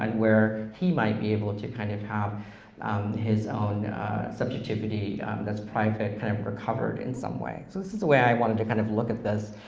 and where he might be able to kind of have his own subjectivity that's kind of recovered in some way, so this is the way i wanted to kind of look at this.